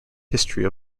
history